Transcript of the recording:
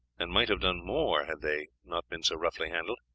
and might have done more had they not been so roughly handled.